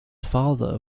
father